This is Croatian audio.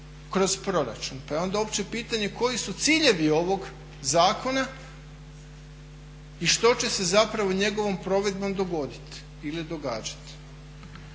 kroz proračun. Pa je onda uopće pitanje koji su ciljevi ovog zakona i što će se zapravo njegovom provedbom dogoditi ili događati.